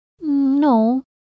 No